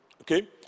Okay